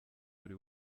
buri